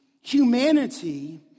humanity